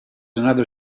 another